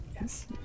Yes